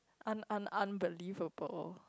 un~ un~ unbelievable